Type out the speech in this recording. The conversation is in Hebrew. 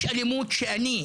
יש אלימות מסוג שאני,